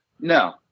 No